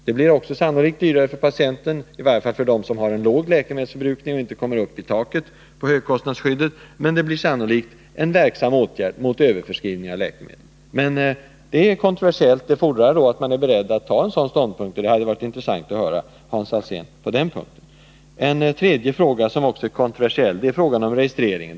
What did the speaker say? Det blir sannolikt också dyrare Om förutsättningför patienten, i varje fall för den som har låg läkemedelsförbrukning och inte arna för asyl i kommer upp till taket för högkostnadsskyddet, men det blir en verksam Sverige åtgärd mot överförskrivning av läkemedel. Frågan är dock kontroversiell. Det fordras att man är beredd till en sådan åtgärd. Det hade varit intressant att få höra Hans Alséns åsikt även på den punkten. Den fjärde frågan, som också är kontroversiell, är frågan om registreringen.